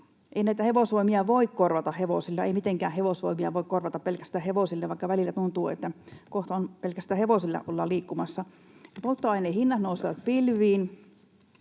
hevosvoimia voi korvata pelkästään hevosilla, vaikka välillä tuntuu, että kohta pelkästään hevosilla ollaan liikkumassa. Polttoaineen hinnat nousevat pilviin,